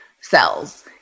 cells